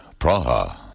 Praha